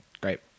great